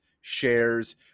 shares